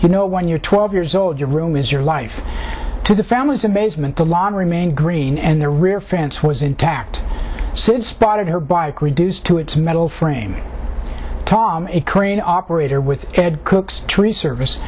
you know when you're twelve years old your room is your life to the families the basement the lawn remain green and the rear france was intact says spotted her bike reduced to its metal frame tom crane operator with cook's tree service